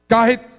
Kahit